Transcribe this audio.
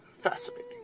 fascinating